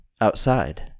outside